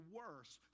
worse